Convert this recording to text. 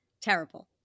terrible